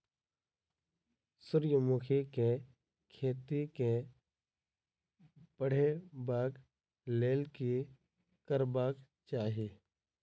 सूर्यमुखी केँ खेती केँ बढ़ेबाक लेल की करबाक चाहि?